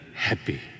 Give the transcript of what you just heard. Happy